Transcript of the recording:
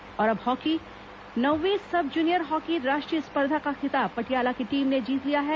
hockey प्रतियोगिता नौवीं sub junior hockey राष्ट्रीय स्पर्धा का खिताब पटियाला की टीम ने जीत लिया है